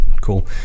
Cool